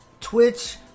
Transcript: Twitch